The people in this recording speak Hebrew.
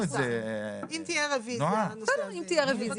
אם תהיה רביזיה לנושא הזה --- אם תהיה רביזיה,